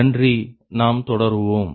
நன்றி நாம் தொடருவோம்